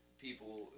people